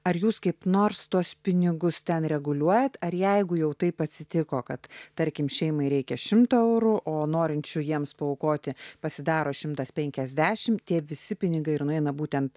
ar jūs kaip nors tuos pinigus ten reguliuojate ar jeigu jau taip atsitiko kad tarkim šeimai reikia šimto eurų o norinčių jiems paaukoti pasidaro šimtas penkiasdešim tie visi pinigai ir nueina būtent